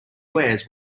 wears